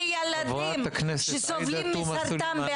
עבור ילדים בעזה שסובלים מסרטן?